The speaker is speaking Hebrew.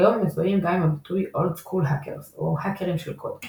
כיום הם מזוהים גם עם הביטוי "old school hackers" או "האקרים של קוד".